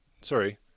Sorry